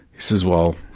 he says, well,